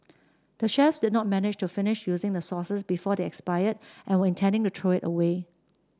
the chefs did not manage to finish using the sauces before they expired and were intending to throw it away